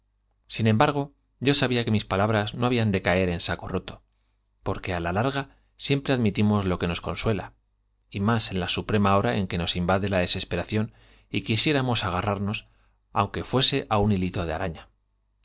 sin embargo yo sabía que mis palabras no habían de caer en saco admitimos lo que nos roto porque á la larga siempre la hora en que nos consuela y más en suprema agarrarnos invade la desesperación y qmsleramos del fuese á un hilito de araña